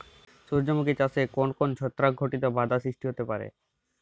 সূর্যমুখী চাষে কোন কোন ছত্রাক ঘটিত বাধা সৃষ্টি হতে পারে?